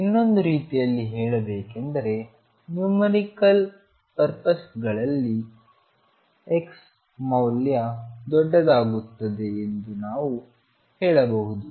ಇನ್ನೊಂದು ರೀತಿಯಲ್ಲಿ ಹೇಳಬೇಕೆಂದರೆ ನ್ಯುಮರಿಕಲ್ ಪರ್ಪಸ್ಗಳಲ್ಲಿ x ಮೌಲ್ಯ ದೊಡ್ಡದಾಗುತ್ತದೆ ಎಂದು ನಾವು ಹೇಳಬಹುದು